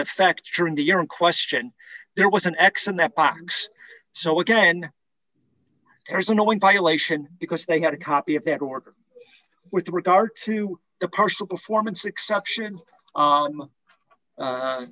effect during the year in question there was an x in that box so again there's a knowing violation because they got a copy of that order with regard to the partial performance exception